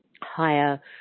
higher